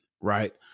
right